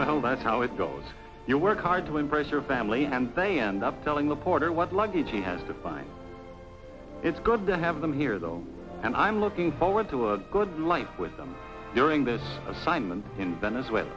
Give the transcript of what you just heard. well that's how it goes you work hard to impress your family and they end up telling the porter what luggage he had the fine it's good to have them here though and i'm looking forward to a good life with them during this assignment in venezuela